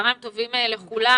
צהריים טובים לכולם,